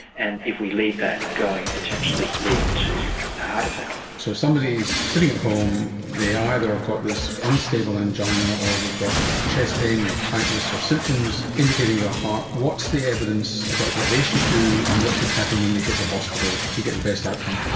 and if we leave that going, potentially leading to ah ah to attack. so somebody is sitting at home, they either have got this unstable angina or they've got chest pain or tightness or symptoms indicating their heart, what's the evidence about what they should do and what should happen when they hit the hospital to get the best outcome?